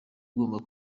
ugomba